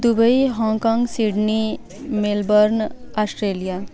Dubai Hong Kong Sydney Melbourne Australia